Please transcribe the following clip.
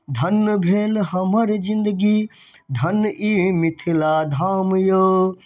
धन्य भेल हमर जिन्दगी धन्य ई मिथिला धाम यौ